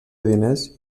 diners